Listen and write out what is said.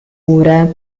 cure